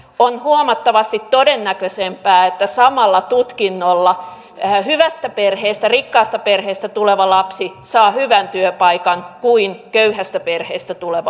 on huomattavasti todennäköisempää että samalla tutkinnolla hyvästä perheestä rikkaasta perheestä tuleva lapsi saa hyvän työpaikan kuin köyhästä perheestä tuleva lapsi